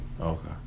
Okay